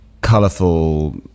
colourful